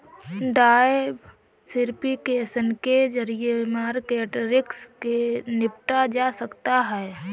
diversification के जरिए market risk से निपटा जा सकता है